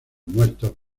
muertos